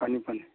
ꯐꯅꯤ ꯐꯅꯤ